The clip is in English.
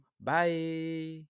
Bye